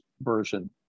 version